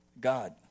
God